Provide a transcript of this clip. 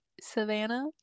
Savannah